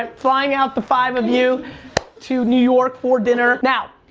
um flying out the five of you to new york for dinner. now,